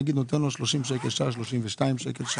נגיד הוא נותן לו 32 שקל לשעה,